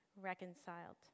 reconciled